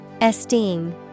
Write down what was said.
Esteem